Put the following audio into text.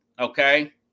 okay